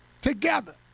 together